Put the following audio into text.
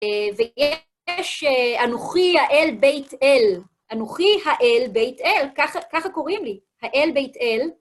ויש אנוכי האל בית אל. אנוכי האל בית אל, ככה קוראים לי, האל בית אל.